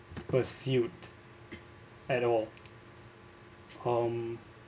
pursuit at all um